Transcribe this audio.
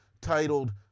titled